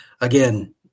again